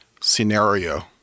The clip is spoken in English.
scenario